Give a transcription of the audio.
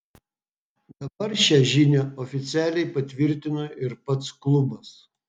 dabar šią žinią oficialiai patvirtino ir pats klubas